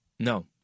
No